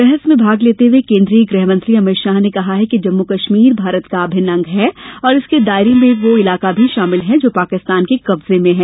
बहस में भाग लेते हुए केंद्रीय गृहमंत्री अमित शाह ने कहा कि जम्मू कश्मीर भारत का अभिन्न अंग है और इसके दायरे में वो इलाका भी शामिल है जो पाकिस्तान के कब्जे में है